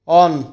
on